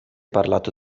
parlato